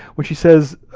when she says,